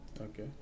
Okay